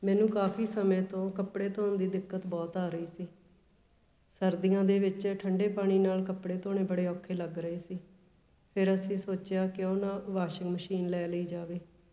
ਮੈਨੂੰ ਕਾਫੀ ਸਮੇਂ ਤੋਂ ਕੱਪੜੇ ਧੋਣ ਦੀ ਦਿੱਕਤ ਬਹੁਤ ਆ ਰਹੀ ਸੀ ਸਰਦੀਆਂ ਦੇ ਵਿੱਚ ਠੰਡੇ ਪਾਣੀ ਨਾਲ ਕੱਪੜੇ ਧੋਣੇ ਬੜੇ ਔਖੇ ਲੱਗ ਰਹੇ ਸੀ ਫਿਰ ਅਸੀਂ ਸੋਚਿਆ ਕਿਉਂ ਨਾ ਵਾਸ਼ਿੰਗ ਮਸ਼ੀਨ ਲੈ ਲਈ ਜਾਵੇ